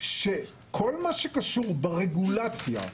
שכל מה שקשור ברגולציה,